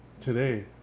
Today